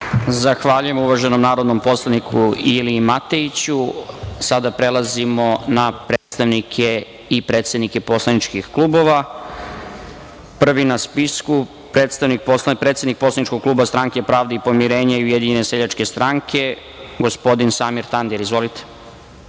Zahvaljujem uvaženom narodnom poslaniku. Sada prelazimo na predstavnike i predsednike poslaničkih klubova. Prvi na spisku je predsednik poslaničkog kluba Stranke pravde i pomirenja i Ujedinjene seljačke stranke, gospodin Samir Tandir. Izvolite.